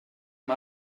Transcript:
amb